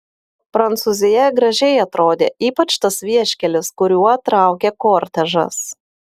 prancūzija gražiai atrodė ypač tas vieškelis kuriuo traukė kortežas